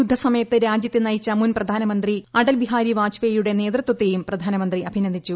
യുദ്ധസമയത്ത് രാജൃത്തെ നയിച്ച മുൻ പ്രധാനമന്ത്രി അടൽബിഹാരി വാജ്പേയുടെ നേതൃത്വത്തെയും പ്രധാനമന്ത്രി അഭിനന്ദിച്ചു